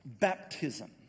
baptism